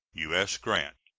u s. grant.